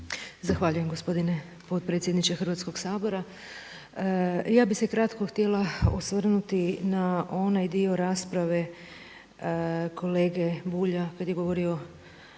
Zahvaljujem gospodine potpredsjedniče Hrvatskog sabora. Ja bih se kratko htjela osvrnuti na onaj dio rasprave kolege Vučetića najprije